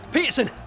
Peterson